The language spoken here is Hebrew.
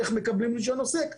איך מקבלים רישיון עוסק,